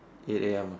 eight A M